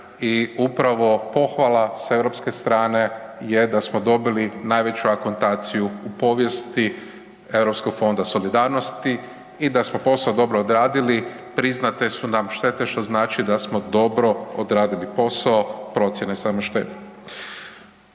i upravo pohvala s europske strane je da smo dobili najveću akontaciju u povijesti Europskog fonda solidarnosti i da smo posao dobro odradili. Priznate su nam štete što znači da smo dobro odradili posao procjene samo štete.